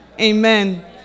Amen